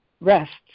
rests